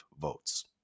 votes